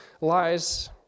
lies